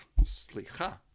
Slicha